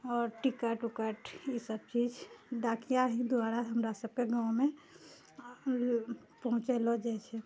आओर टिकट ओकट ई सभ चीज डाकिआ ही द्वारा हमरा सभकेँ गाँवमे आर पहुँचैलहुँ जाइत छै